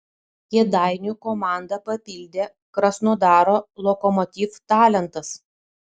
kėdainių komandą papildė krasnodaro lokomotiv talentas